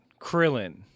Krillin